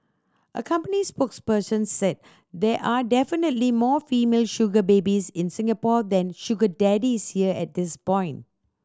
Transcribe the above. a company spokesperson said there are definitely more female sugar babies in Singapore than sugar daddies here at this point